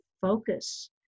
focus